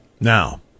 Now